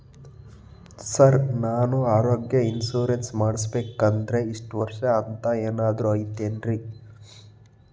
Sir ನಾನು ಆರೋಗ್ಯ insurance ಮಾಡಿಸ್ಬೇಕಂದ್ರೆ ಇಷ್ಟ ವರ್ಷ ಅಂಥ ಏನಾದ್ರು ಐತೇನ್ರೇ?